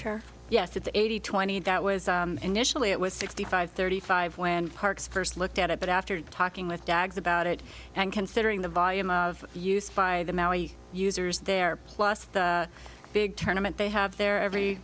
yes yes it's eighty twenty that was initially it was sixty five thirty five when parks first looked at it but after talking with tags about it and considering the volume of use by the maui users there plus the big tournament they have there every